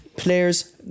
players